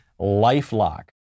LifeLock